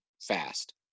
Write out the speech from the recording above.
fast